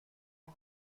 پسر